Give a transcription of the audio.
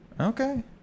Okay